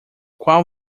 qual